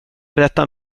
berätta